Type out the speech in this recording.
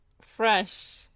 fresh